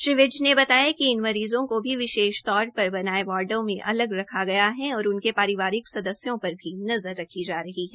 श्री विज ने बताया कि इन मरीजों को भी विशेष तौर पर बनाये वार्डो में अलग रखा गया है और उनके परिवारिक सदस्यों पर भी नज़र रखी जा रही है